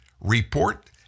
report